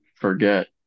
forget